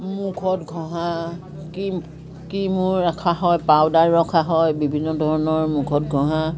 মুখত ঘঁহা ক্ৰিম ক্ৰিমো ৰখা হয় পাউডাৰো ৰখা হয় বিভিন্ন ধৰণৰ মুখত ঘঁহা